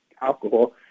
alcohol